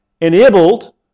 enabled